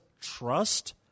trust